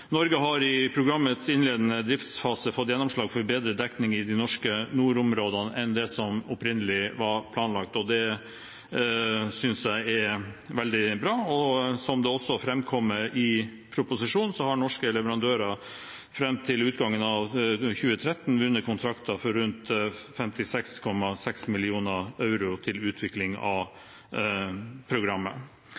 Norge har i programmets innledende driftsfase fått gjennomslag for bedre dekning i de norske nordområdene enn det som opprinnelig var planlagt, og det synes jeg er veldig bra. Som det også framkommer i proposisjonen, har norske leverandører fram til utgangen av 2013 vunnet kontrakter for rundt 56,6 mill. euro til utvikling av programmet.